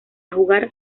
jugar